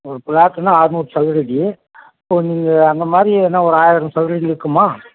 ஒரு ப்ளாட்டுனா ஆறுநூறு சதுரடி ஸோ நீங்கள் அந்த மாதிரி என்ன ஒரு ஆயிரம் சதுரடி இருக்குமா